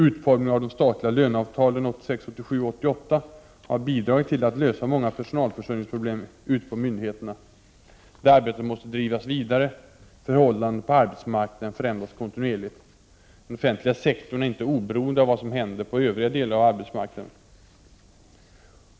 Utformningen av de statliga löneavtalen 1986-1987 och 1988 har bidragit till att lösa många personalförsörjningsproblem ute på myndigheterna. Det arbetet måste drivas vidare, förhållandena på arbetsmarknaden förändras kontinuerligt. Den offentliga sektorn är inte oberoende av vad som händer på övriga delar av arbetsmarknaden.